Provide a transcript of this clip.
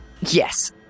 Yes